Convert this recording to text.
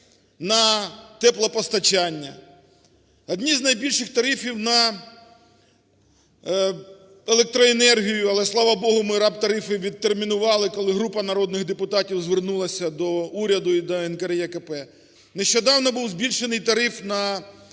на теплопостачання, одні з найбільших тарифів на електроенергію, але, слава Богу, миRAB-тарифивідтермінували, коли група народних депутатів звернулася до уряду і до НКРЕКП. Нещодавно був збільшений тариф на проїзд